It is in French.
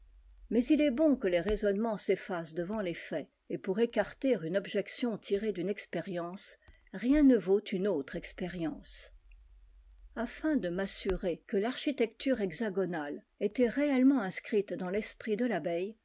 mais il est bon que les raisonnements s'eltacent devant les faits et pour écarter une objection tirée d'une expérience rien ne vaut une autre expérience afin de m'assurer que l'architecture hexagonale était réellement inscrite dans l'esprit de l'abeille